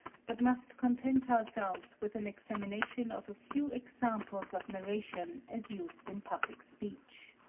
but must content ourselves with an examination of a few examples of narration as used in public speech.